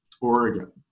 oregon